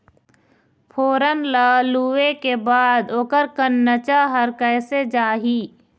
फोरन ला लुए के बाद ओकर कंनचा हर कैसे जाही?